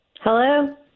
Hello